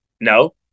no